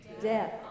Death